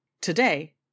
Today